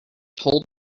told